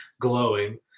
glowing